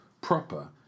proper